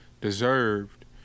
deserved